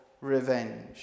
revenge